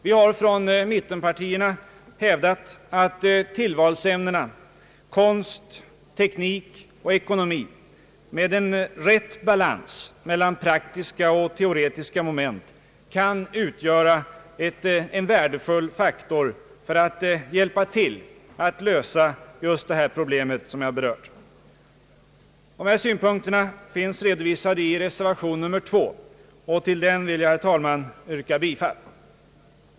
Vi har från mittenpartierna hävdat att tillvalsämnena teknik, konst och ekonomi med en rätt balans mellan praktiska och teoretiska moment kan utgöra en värdefull faktor för att hjälpa till att lösa just det problem som jag här har berört. Dessa synpunkter finns redovisade i reservation nr 2, till vilken jag, herr talman, yrkar bifall.